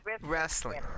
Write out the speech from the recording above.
Wrestling